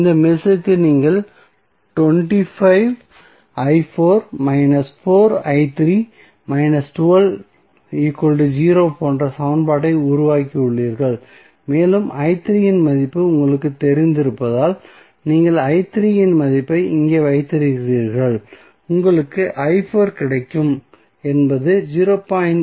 இந்த மெஷ் க்கு நீங்கள் போன்ற சமன்பாட்டை உருவாக்கியுள்ளீர்கள் மேலும் இன் மதிப்பு உங்களுக்குத் தெரிந்திருப்பதால் நீங்கள் இன் மதிப்பை இங்கே வைத்திருக்கிறீர்கள் உங்களுக்கு கிடைக்கும் என்பது 0